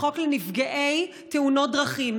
חוק פיצויים לנפגעי תאונות דרכים.